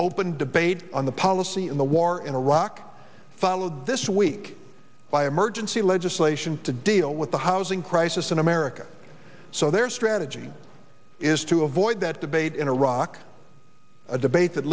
open debate on the policy in the war in iraq followed this week by emergency legislation to deal with the housing crisis in america so their strategy is to avoid that debate in iraq a debate that